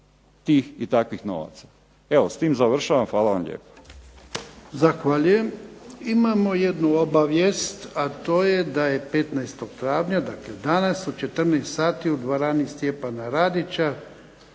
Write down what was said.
tih i takvih novaca. Evo, s tim završavam. Hvala vam lijepo.